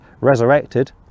resurrected